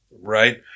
right